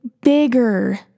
bigger